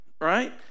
right